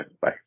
Bye